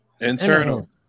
Internal